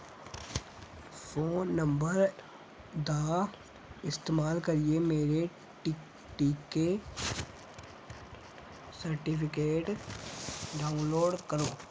phone number दा इस्तेमाल करियै मेरे टीके सर्टिफिकेट डाउनलोड करो